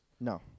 No